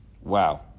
Wow